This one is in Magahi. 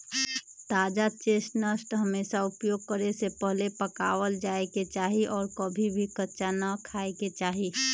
ताजा चेस्टनट हमेशा उपयोग करे से पहले पकावल जाये के चाहि और कभी भी कच्चा ना खाय के चाहि